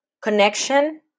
connection